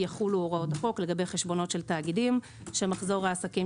יחולו הוראות החוק לגבי חשבונות של תאגידים שמחזור העסקים